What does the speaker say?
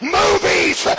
movies